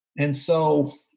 and so,